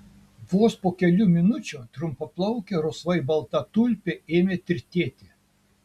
vos po kelių minučių trumpaplaukė rusvai balta tulpė ėmė tirtėti